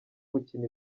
gukina